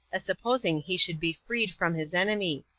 as supposing he should be freed from his enemy,